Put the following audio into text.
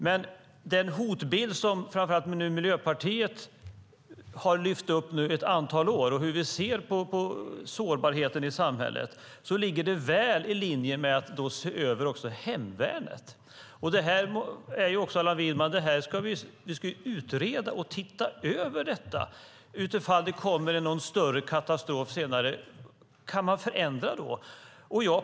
Men med tanke på den hotbild som framför allt Miljöpartiet har lyft upp ett antal år och hur vi ser på sårbarheten i samhället ligger det väl i linje att också se över hemvärnet. Vi ska ju utreda och titta över detta, Allan Widman, utifall det kommer någon större katastrof senare. Kan man förändra då?